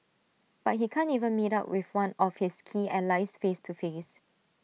but he can't even meet up with one of his key allies face to face